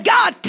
God